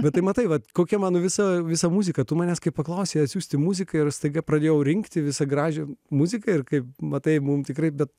bet tai matai va kokia mano visa visa muzika tu manęs kaip paklausė atsiųsti muziką ir staiga pradėjau rinkti visą gražią muziką ir kaip matai mums tikrai bet